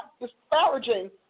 disparaging